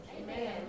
Amen